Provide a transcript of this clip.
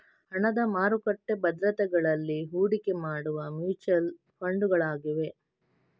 ಹಣದ ಮಾರುಕಟ್ಟೆ ಭದ್ರತೆಗಳಲ್ಲಿ ಹೂಡಿಕೆ ಮಾಡುವ ಮ್ಯೂಚುಯಲ್ ಫಂಡುಗಳಾಗಿವೆ